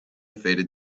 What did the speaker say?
faded